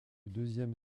deuxième